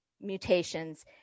mutations